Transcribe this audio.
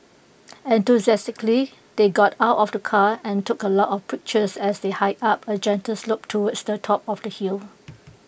enthusiastically they got out of the car and took A lot of pictures as they hiked up A gentle slope to slop top of the hill